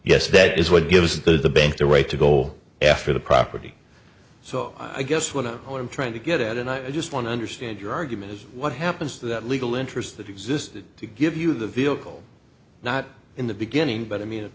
yes that is what gives the bank the right to go after the property so i guess what i'm trying to get at and i just want to understand your argument is what happens to that legal interest that exists to give you the vehicle not in the beginning but i mean